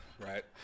Right